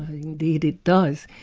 indeed it does.